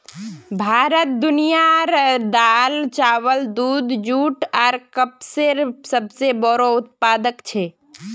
भारत दुनियार दाल, चावल, दूध, जुट आर कपसेर सबसे बोड़ो उत्पादक छे